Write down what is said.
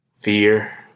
fear